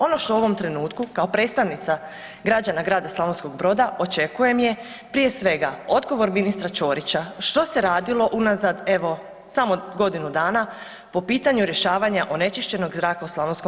Ono što u ovom trenutku kao predstavnica građana grada Slavonskog Broda očekujem je, prije svega, odgovor ministra Ćorića što se radilo unazad, evo, samo godinu dana po pitanju rješavanja onečišćenog zraka u Sl.